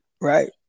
right